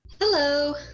Hello